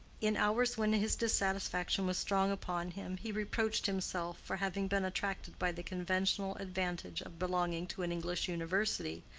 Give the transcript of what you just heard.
in hours when his dissatisfaction was strong upon him he reproached himself for having been attracted by the conventional advantage of belonging to an english university,